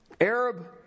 Arab